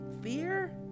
fear